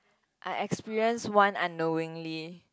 I experienced one unknowingly